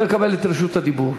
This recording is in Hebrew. לא יקבל את רשות הדיבור.